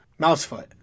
Mousefoot